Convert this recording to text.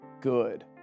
good